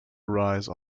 rise